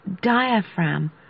Diaphragm